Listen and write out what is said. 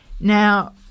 now